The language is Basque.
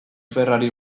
ferrari